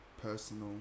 personal